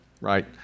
right